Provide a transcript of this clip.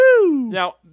Now